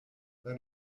per